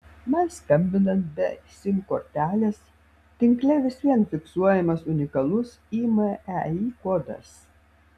mat skambinant be sim kortelės tinkle vis vien fiksuojamas unikalus imei kodas